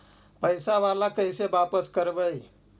पैसा बाला कैसे बापस करबय?